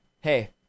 Hey